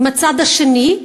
עם הצד השני,